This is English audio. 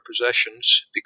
possessions